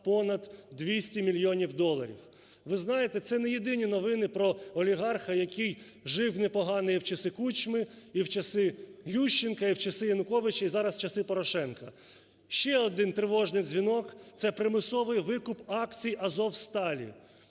понад 200 мільйонів доларів. Ви знаєте, це не єдині новини про олігарха, який жив непогано і в часи Кучми, і в часи Ющенка, і в часи Януковича, і зараз, в часи Порошенка. Ще один тривожний дзвінок – це примусовий викуп акцій "Азовсталі".